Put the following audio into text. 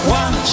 one